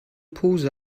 pose